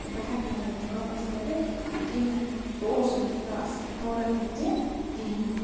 تہٕ بہٕ ہیٚکہٕ نہٕ وۄنۍ یہِ واپَس رٔٹِتھ کِہیٖنۍ نہٕ سُہ اوس نہٕ تیٛوتاہ اصٕل پرٛوڈَکٹہٕ تہِ کِہیٖنۍ نہٕ